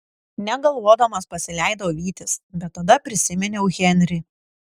negalvodamas pasileidau vytis bet tada prisiminiau henrį